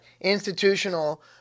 institutional